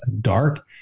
dark